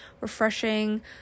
refreshing